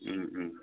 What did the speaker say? उम उम